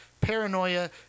paranoia